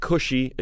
Cushy